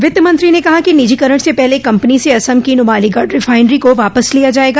वित्तमंत्री ने कहा कि निजीकरण से पहले कंपनी से असम की नुमालीगढ़ रिफाइनरी को वापस लिया जाएगा